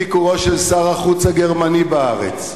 מתעלמים מביקורו של שר החוץ הגרמני בארץ,